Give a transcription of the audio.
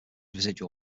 residual